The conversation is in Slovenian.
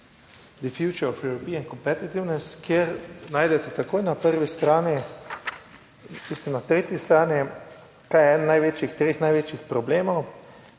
The future of European competiveness, kjer najdete takoj na prvi strani, mislim na tretji strani, kaj je eden največjih, treh največjih problemov,